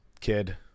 kid